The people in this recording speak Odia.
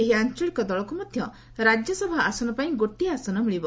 ଏହି ଆଞ୍ଚଳିକ ଦଳକୁ ମଧ୍ୟ ରାଜ୍ୟସଭା ଆସନପାଇଁ ଗୋଟିଏ ଆସନ ମିଳିବ